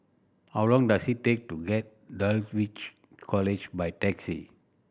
how long does it take to get Dulwich College by taxi